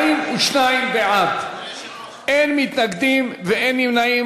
42 בעד, אין מתנגדים ואין נמנעים.